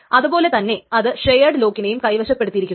അതുപോലെ തന്നെ അത് ഷെയേട് ലോക്കിനേയും കൈവശപ്പെടുത്തിയിരിക്കുന്നു